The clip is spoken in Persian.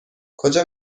کجا